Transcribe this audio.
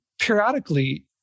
periodically